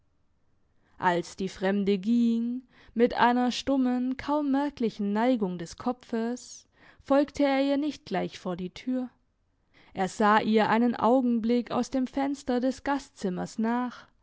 als die fremde ging mit einer stummen kaum merklichen neigung des kopfes folgte er ihr nicht gleich vor die tür er sah ihr einen augenblick aus dem fenster des gastzimmers nach